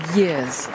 years